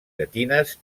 llatines